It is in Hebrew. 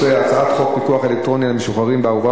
הצעת חוק פיקוח אלקטרוני על משוחררים בערובה